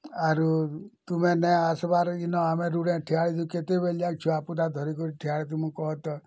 ଆରୁ ତୁମେ ନେହିଁ ଆସବାର୍ କିନ ଆମେ ରୁଡ଼୍ ଠିଆ ହେଇ କେତେବେଲେ ଯାକ ଛୁଆପିଲା ଧରିକରି ଠିଆ ହେଇଥିମୁ କହତ